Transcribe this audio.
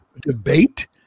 debate